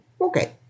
Okay